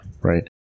Right